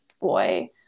boy